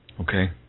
Okay